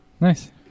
nice